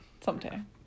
Sometime